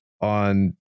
on